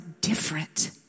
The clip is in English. different